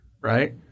Right